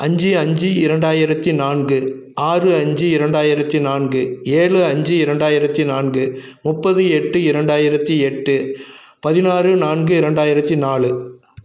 அஞ்சு அஞ்சு இரண்டாயிரத்தி நான்கு ஆறு அஞ்சு இரண்டாயிரத்தி நான்கு ஏழு அஞ்சு இரண்டாயிரத்தி நான்கு முப்பது எட்டு இரண்டாயிரத்தி எட்டு பதினாறு நான்கு இரண்டாயிரத்தி நாலு